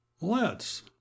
Let's